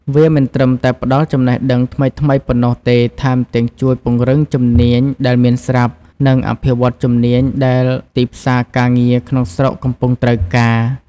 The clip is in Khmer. វាមិនត្រឹមតែផ្ដល់ចំណេះដឹងថ្មីៗប៉ុណ្ណោះទេ ថែមទាំងជួយពង្រឹងជំនាញដែលមានស្រាប់ និងអភិវឌ្ឍជំនាញដែលទីផ្សារការងារក្នុងស្រុកកំពុងត្រូវការ។